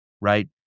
right